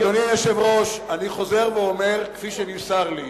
אדוני היושב-ראש, אני חוזר ואומר, כפי שנמסר לי: